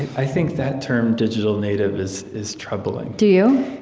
i think that term, digital native, is is troubling do you?